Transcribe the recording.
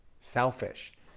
selfish